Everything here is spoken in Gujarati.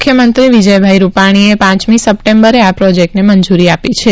મુખ્યમંત્રી વિજયભાઈ રૂપાણીએ પાંચમી સપ્ટેમ્બરે આ પ્રોજેક્ટને મંજૂરી આપી છે